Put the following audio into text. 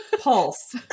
Pulse